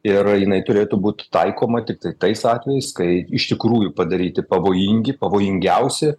ir jinai turėtų būt taikoma tiktai tais atvejais kai iš tikrųjų padaryti pavojingi pavojingiausi